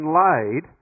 laid